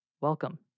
Welcome